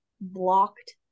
blocked